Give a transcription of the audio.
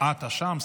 אה, אתה שם?